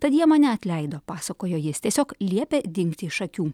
tad jie mane atleido pasakojo jis tiesiog liepė dingti iš akių